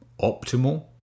optimal